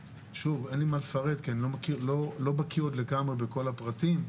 אין לי מה לפרט כי אני לא בקיא עוד לגמרי בכל הפרטים,